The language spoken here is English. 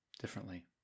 differently